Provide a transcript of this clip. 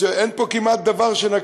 זאת אומרת, אין פה כמעט דבר שנקי,